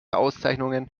auszeichnungen